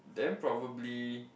then probably